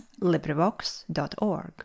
LibriVox.org